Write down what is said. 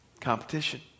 Competition